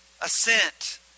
assent